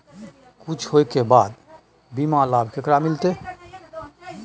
कुछ होय के बाद बीमा लाभ केकरा मिलते?